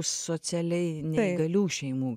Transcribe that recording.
socialiai neįgalių šeimų